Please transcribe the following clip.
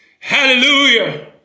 Hallelujah